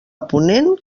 ponent